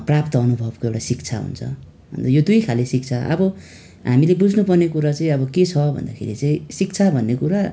प्राप्त अनुभवको एउटा शिक्षा हुन्छ अन्त यो दुईखाले शिक्षा अब हामीले बुझ्नु पर्ने कुरा चाहिँ अब के छ भन्दाखेरि चाहिँ शिक्षा भन्ने कुरा